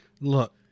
Look